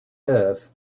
earth